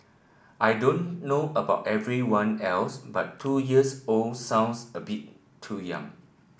I don't know about everyone else but two years old sounds a bit too young